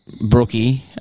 Brookie